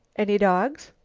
any dogs?